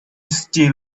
steal